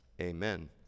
Amen